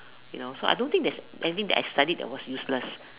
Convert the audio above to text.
you know so I don't think there's anything that I studied that was useless